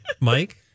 Mike